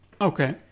Okay